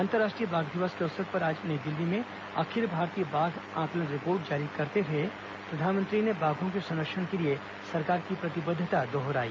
अंतर्राष्ट्रीय बाघ दिवस के अवसर पर आज नई दिल्ली में अखिल भारतीय बाघ आंकलन रिपोर्ट जारी करते हुए प्रधानमंत्री ने बाघों के संरक्षण के लिए सरकार की प्रतिबद्धता दोहराई